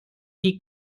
die